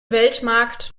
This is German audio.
weltmarkt